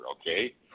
okay